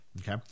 okay